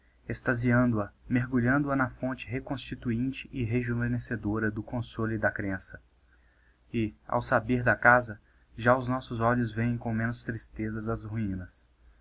extasiando a mergulhando a na fonte reconstituinte e rejuvenescedora do consolo e da crença e ao sabir da casa já os nossos olhos vêem com menos tristezas as ruinas